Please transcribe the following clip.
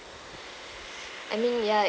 I mean ya